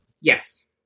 Yes